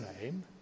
name